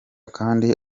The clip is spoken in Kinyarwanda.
kandi